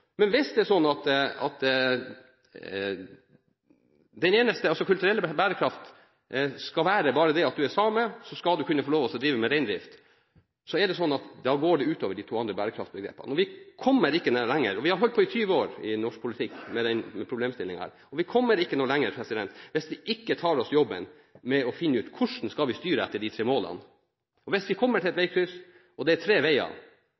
Men hvis kulturell bærekraft skal være at bare du er same, så skal du kunne få lov å drive med reindrift, går det ut over de to andre bærekraftbegrepene. Vi har holdt på med denne problemstillingen i 20 år i norsk politikk, og vi kommer ikke noe lenger hvis vi ikke tar oss jobben med å finne ut hvordan vi skal styre etter de tre målene. Hvis vi kommer til et veikryss og det er tre veier, må vi på et eller annet vis kunne velge en vei. Da må vi også ha klart for oss hvordan vi skal klare å velge den veien